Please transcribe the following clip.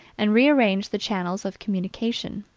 and rearrange the channels of communication.